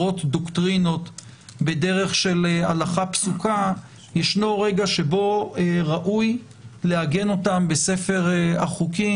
ישנו רגע שבו ראוי לעגן אותן בספר החוקים,